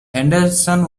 henderson